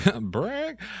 Brag